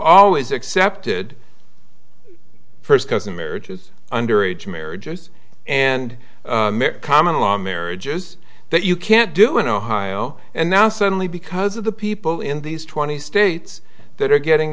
always accepted first cousin marriages underage marriages and common law marriages that you can't do in ohio and now suddenly because of the people in these twenty states that are getting